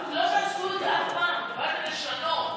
לא תעשו את זה אף פעם, שבאתם לשנות.